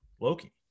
Loki